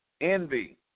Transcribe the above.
envy